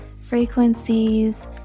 frequencies